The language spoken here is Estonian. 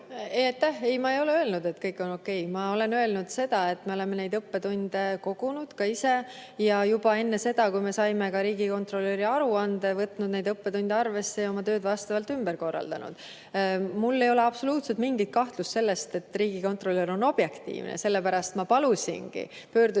Ei, ma ei ole öelnud, et kõik on okei. Ma olen öelnud seda, et me oleme neid õppetunde kogunud ka ise ja juba enne seda, kui me saime riigikontrolöri aruande, võtnud neid õppetunde arvesse ja oma tööd vastavalt ümber korraldanud. Mul ei ole absoluutselt mingit kahtlust selles, et riigikontrolör on objektiivne. Sellepärast ma pöördusingi